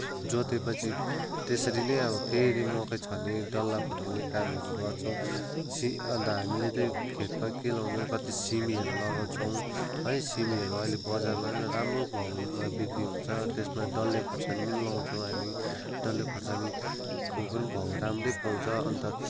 जोतेपछि त्यसरी नै अब फेरि मकै छर्ने डल्ला फुटाउने कामहरू गर्छौँ सिमी अन्त हामीले चाहिँ खेतमा के लगाउँछौँ कति सिमीहरू लगाउँछौँ है सिमीहरू अहिले बजारमा राम्रो भाउमा बिक्री हुन्छ त्यसमा डल्ले खोर्सानी पनि लगाउँछौँ हामी डल्ले खोर्सानीको पनि भाउ राम्रै पाउँछ अन्त